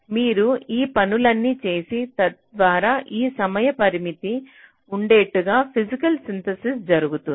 మీరు ఈ పనులన్నీ చేసి తద్వారా ఈ సమయ పరిమితి ఉండేట్టుగా ఫిజికల్ సింథసిస్ జరుగుతుంది